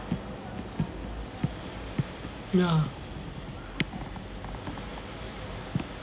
ya